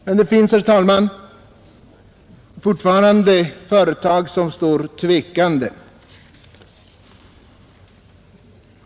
Men det finns, herr talman, fortfarande företag som står tvekande.